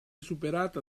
superata